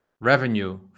revenue